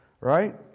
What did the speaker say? right